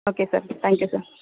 okay sir thank you sir